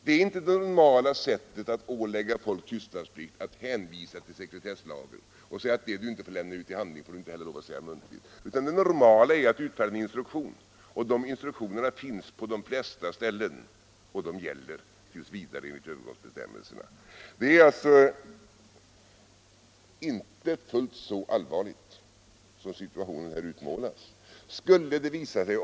Det är inte det normala sättet att ålägga folk tystnadsplikt att man hänvisar till sekretesslagen och meddelar att det du inte får lämna ut i handling får du inte heller säga muntligt. Det normala är att utfärda en instruktion. Sådana finns på de flesta ställen och gäller tills vidare enligt övergångsbestämmelserna. Läget är alltså inte fullt så allvarligt som situationen här utmålas.